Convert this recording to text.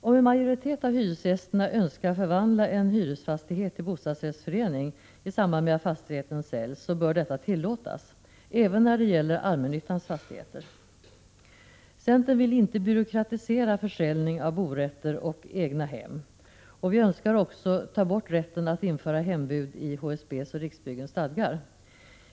Om en majoritet av hyresgästerna önskar förvandla en hyresfastighet till bostadsrättsförening i samband med att fastigheten säljs, bör detta tillåtas, även när det gäller allmännyttans fastigheter. Centern vill inte byråkratisera försäljning av borätter av egna hem. Vi önskar också ta bort rätten att införa hembud i HSB:s och Riksbyggens stadgar.